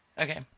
Okay